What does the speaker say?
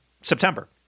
September